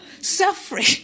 suffering